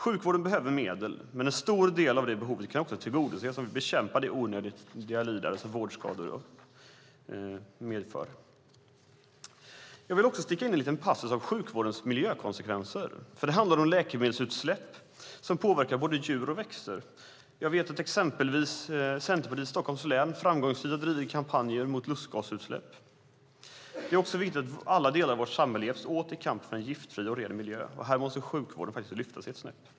Sjukvården behöver medel, men en stor del av det behovet kan tillgodoses om vi bekämpar det onödiga lidande som vårdskador medför. Jag vill också sticka in en liten passus om sjukvårdens miljökonsekvenser. Det handlar om läkemedelsutsläpp som påverkar både djur och växter. Jag vet att exempelvis Centerpartiet i Stockholms län framgångsrikt har drivit kampanjer mot lustgasutsläpp. Det är också viktigt att alla delar av vårt samhälle hjälps åt i kampen för en giftfri och ren miljö. Här måste sjukvården lyfta sig ett snäpp.